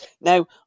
Now